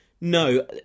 No